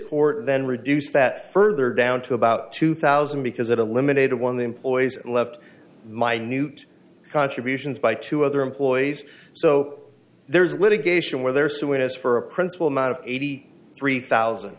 court then reduced that further down to about two thousand because it eliminated one of the employee's left minute contributions by two other employees so there's litigation where there so it is for a principle amount of eighty three thousand